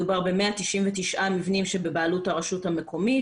מדובר ב-199 מבנים שבבעלות הרשות המקומית.